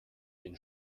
den